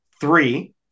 three